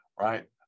right